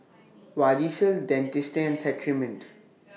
Vagisil Dentiste and Cetrimide